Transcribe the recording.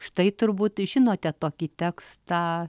štai turbūt žinote tokį tekstą